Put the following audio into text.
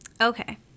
Okay